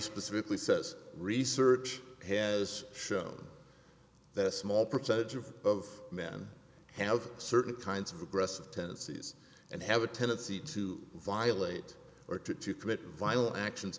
specifically says research has shown that a small percentage of of men have certain kinds of aggressive tendencies and have a tendency to violate or to commit violent actions